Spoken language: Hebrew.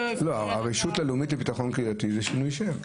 הרשות הלאומית לביטחון קהילתי זה שינוי שם.